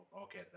okay